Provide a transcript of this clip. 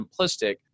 simplistic